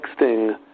texting